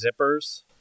zippers